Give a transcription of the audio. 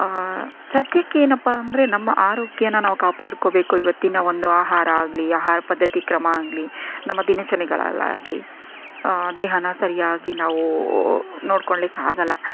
ಸದ್ಯಕ್ಕೆ ಏನಪ್ಪ ಅಂದರೆ ನಮ್ಮ ಆರೋಗ್ಯನ ನಾವು ಕಾಪಾಡ್ಕೋಬೇಕು ಇವತ್ತಿನ ಒಂದು ಆಹಾರ ಆಗಲೀ ಆಹಾರ ಪದ್ಧತಿ ಕ್ರಮ ಆಗಲೀ ನಮ್ಮ ದಿನಚರಿಗಳಲ್ಲಾಗ್ಲಿ ದೇಹನ ಸರಿಯಾಗಿ ನಾವು ನೋಡ್ಕೊಳ್ಳಿಕ್ಕಾಗಲ್ಲ